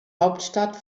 hauptstadt